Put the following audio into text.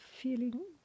feeling